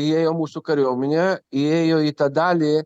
įėjo mūsų kariuomenė įėjo į tą dalį